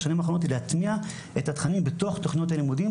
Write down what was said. בשנים האחרונות היא להטמיע את התכנים בתוך תוכניות הלימודים,